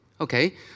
Okay